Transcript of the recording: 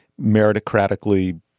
meritocratically